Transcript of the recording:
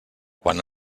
quan